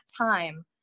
time